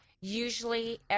usually